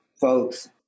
folks